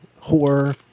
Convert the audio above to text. horror